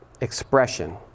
expression